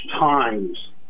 Times